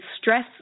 stress